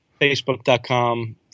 Facebook.com